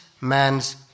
man's